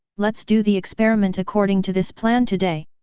let's do the experiment according to this plan today.